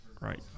Right